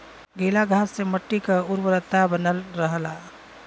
गीला घास से मट्टी क उर्वरता बनल रहला